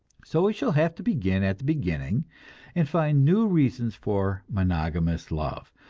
so we shall have to begin at the beginning and find new reasons for monogamous love,